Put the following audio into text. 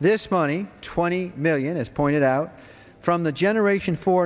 this money twenty million as pointed out from the generation for